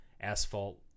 asphalt